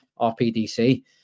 RPDC